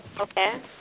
Okay